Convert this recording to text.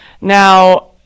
Now